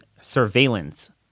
surveillance